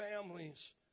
families